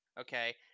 okay